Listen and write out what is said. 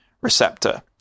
receptor